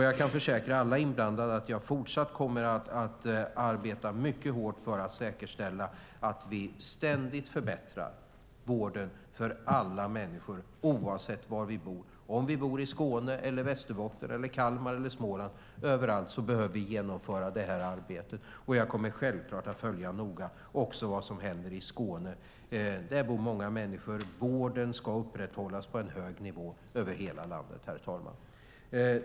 Jag kan försäkra alla inblandade att jag fortsatt kommer att arbeta mycket hårt för att säkerställa att vi ständigt förbättrar vården för alla människor oavsett var de bor, i Skåne, Västerbotten, Kalmar eller Småland. Överallt behöver vi genomföra det arbetet. Jag kommer självklart också att noga följa vad som händer i Skåne. Där bor många människor. Vården ska upprätthållas på en hög nivå över hela landet, herr talman.